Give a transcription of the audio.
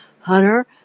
Hunter